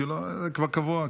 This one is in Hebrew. כי הכול כבר קבוע.